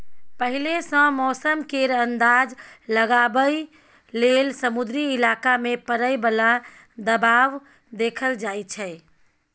पहिले सँ मौसम केर अंदाज लगाबइ लेल समुद्री इलाका मे परय बला दबाव देखल जाइ छै